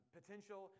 potential